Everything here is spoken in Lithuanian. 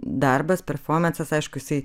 darbas performansas aišku jisai